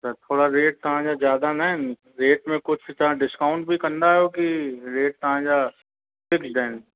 त थोरा रेट तव्हांजा ज़्यादा नाहिनि रेट में कुझु तव्हां डीस्काऊंट बि कंदा आहियो कि रेट तव्हांजा फ़िकस्ड आहिनि